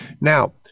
Now